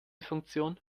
funktion